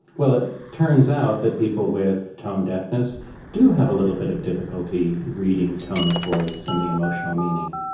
well, it turns out that people with tone deafness do have a little bit of difficulty reading tone of voice and the emotional meaning.